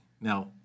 Now